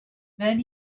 then